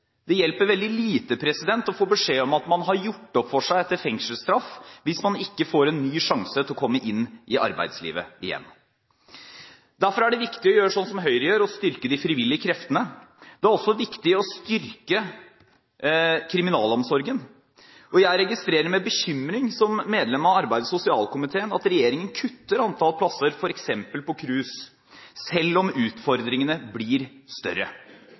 Det hjelper veldig lite å få beskjed om at man har gjort opp for seg etter fengselsstraff hvis man ikke får en ny sjanse til å komme inn i arbeidslivet igjen. Derfor er det viktig å gjøre som Høyre: å styrke de frivillige kreftene. Det er også viktig å styrke kriminalomsorgen. Jeg registrerer med bekymring, som medlem av arbeids- og sosialkomiteen, at regjeringen kutter i antall plasser, f.eks. på KRUS, selv om utfordringene blir større.